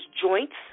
joints